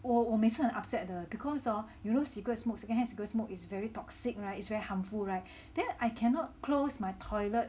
我我每次很 upset 的 because hor you know cigarette smoke secondhand cigarette smoke is very toxic [right] it's very harmful [right] then I cannot close my toilet